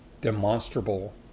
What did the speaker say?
demonstrable